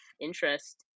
interest